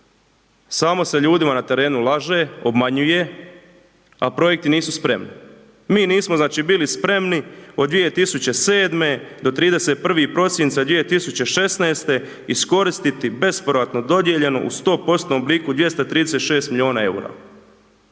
Samo se ljudima na terenu laže, obmanjuje, a projekti nisu spremni. Mi nismo znači bili spremni od 2007. do 31. prosinca 2016. iskoristiti bespovratno dodijeljenu u 100%-tnom obliku 236 milijuna eura.